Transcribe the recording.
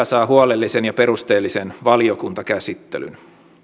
saa huolellisen ja perusteellisen valiokuntakäsittelyn